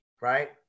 right